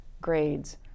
grades